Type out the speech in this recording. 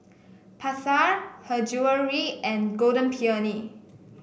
Pasar Her Jewellery and Golden Peony